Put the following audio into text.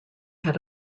had